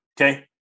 Okay